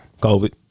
COVID